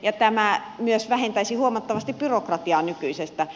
tämä myös vähentäisi huomattavasti byrokratiaa nykyisestä